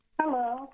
Hello